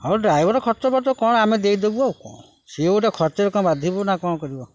ହଉ ଡ୍ରାଇଭର୍ ଖର୍ଚ୍ଚଫର୍ଚ୍ଚ କ'ଣ ଆମେ ଦେଇଦବୁ ଆଉ ସିଏ ଗୋଟେ ଖର୍ଚ୍ଚରେ କ'ଣ ବାଧିବ ନା କ'ଣ କରିବ